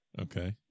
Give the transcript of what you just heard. okay